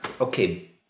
okay